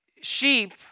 Sheep